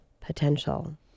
potential